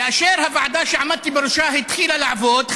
כאשר הוועדה שעמדתי בראשה התחילה לעבוד,